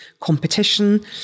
competition